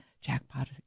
jackpot